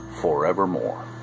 forevermore